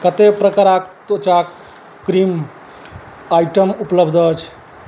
कते प्रकराक त्वचाक क्रीम आइटम उपलब्ध अछि